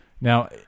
Now